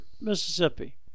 Mississippi